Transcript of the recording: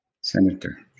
Senator